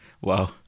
Wow